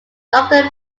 doctor